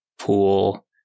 pool